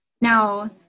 Now